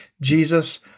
Jesus